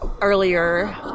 earlier